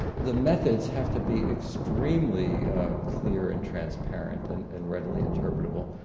the methods have to be extremely clear and transparent and and readily interpret-able.